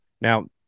now